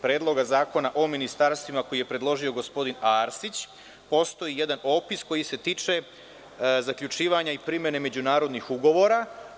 Predloga zakona o ministarstvima, koji je predložio gospodin Arsić, postoji jedan opis koji se tiče zaključivanja i primene međunarodnih ugovora.